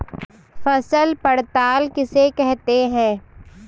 फसल पड़ताल किसे कहते हैं?